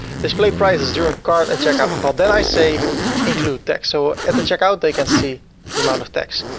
display prices different cart and check out well, then i say include tax. so at the checkout, they can see the amount of tax.